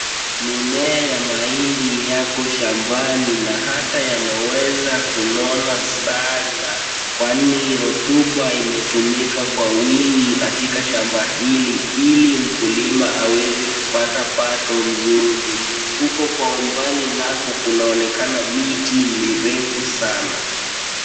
Mimea ya mahindi yako shambani na hata yameweza kunona sana kwani rutuba imetumika kwa wingi katika shamba hili ili mkulima aweze kupata pato mzuri huko kwa umbali nako kunaonekana miti mirefu sana.